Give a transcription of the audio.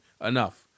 Enough